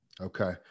Okay